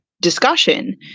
discussion